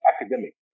academic